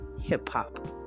Hip-Hop